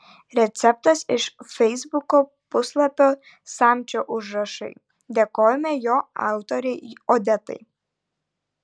receptas iš feisbuko puslapio samčio užrašai dėkojame jo autorei odetai